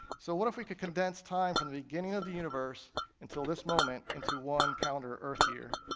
so what if we condensed time from the beginning of the universe until this moment into one calendar earth year,